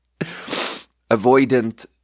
Avoidant